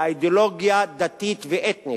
לאידיאולוגיה דתית ואתנית.